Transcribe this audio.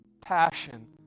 passion